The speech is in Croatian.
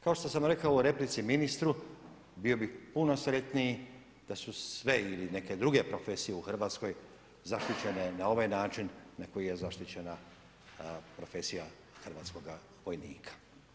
Kao što sam rekao u replici ministru, bio bih puno sretniji da su sve ili neke druge profesije u Hrvatskoj zaštićene na ovaj način na koji je zaštićena profesija hrvatskoga vojnika.